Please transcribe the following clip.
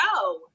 go